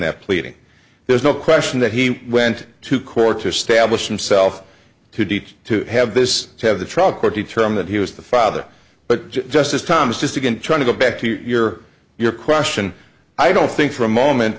that pleading there's no question that he went to court to establish himself to teach to have this have the trial court determine that he was the father but just as thomas just again trying to go back to your your question i don't think for a moment